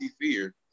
fear